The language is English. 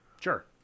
Sure